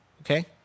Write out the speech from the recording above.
okay